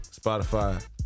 Spotify